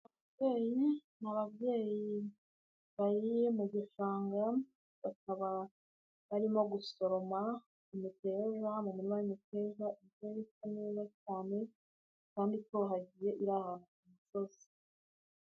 Ababyeyi ni ababyeyi bari mu gushanga bakaba barimo gusoroma imiteja, mu murima w'imiteja isa neza cyane kandi itohagiye iri ahantu mu musozi.